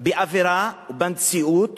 באווירה ובמציאות